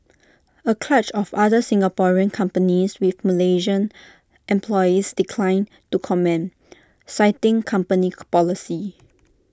A clutch of other Singaporean companies with Malaysian employees declined to comment citing company policy